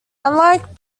unlike